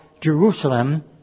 Jerusalem